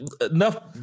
Enough